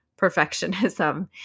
perfectionism